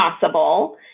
possible